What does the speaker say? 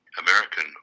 American